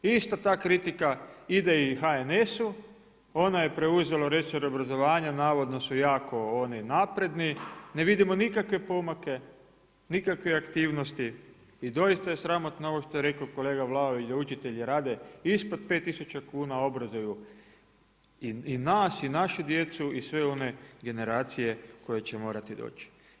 Ista ta kritika ide i HNS-u ono je preuzelo resor obrazovanja, navodno su jako oni napredni, ne vidimo nikakve pomake, nikakve aktivnosti i doista je sramotno ovo što je rekao kolega Vlaović da učitelji rade ispod pet tisuća kuna, obrazuju i nas i našu djecu i sve one generacije koje će morati doći.